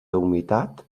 humitat